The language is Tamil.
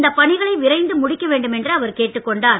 இந்தப் பணிகளை விரைந்து முடிக்க வேண்டும் என்று அவர் கேட்டுக் கொண்டார்